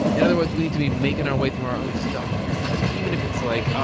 in other words, we need to be making our way through our own stuff here. so even if it's like,